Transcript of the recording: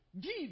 give